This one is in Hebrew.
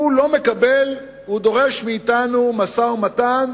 הוא לא מקבל, הוא דורש מאתנו משא-ומתן